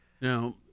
Now